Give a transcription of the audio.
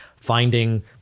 finding